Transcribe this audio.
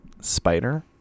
Spider